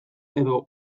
edo